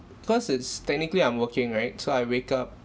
cause it's technically I'm working right so I wake up